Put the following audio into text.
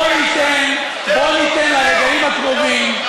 בוא ניתן לרגעים הקרובים,